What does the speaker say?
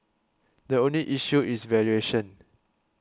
the only issue is valuation